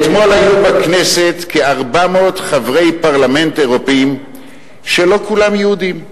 אתמול היו בכנסת כ-400 חברי פרלמנט אירופים שלא כולם יהודים,